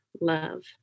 love